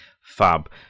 fab